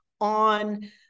on